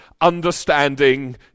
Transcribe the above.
understanding